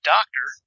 Doctor